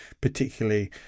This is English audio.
particularly